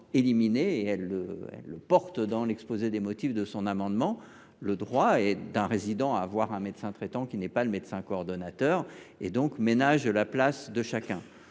comme l’indique l’exposé des motifs de cet amendement, le droit d’un résident à avoir un médecin traitant qui n’est pas le médecin coordonnateur, ce qui ménage une place à chacun.